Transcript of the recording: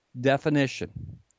definition